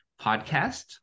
podcast